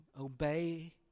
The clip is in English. obey